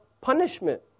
punishment